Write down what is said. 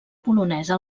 polonesa